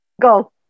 go